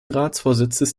ratsvorsitzes